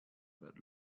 that